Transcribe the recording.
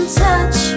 touch